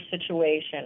situation